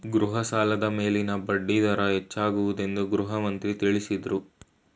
ಗೃಹ ಸಾಲದ ಮೇಲಿನ ಬಡ್ಡಿ ದರ ಹೆಚ್ಚಾಗುವುದೆಂದು ಗೃಹಮಂತ್ರಿ ತಿಳಸದ್ರು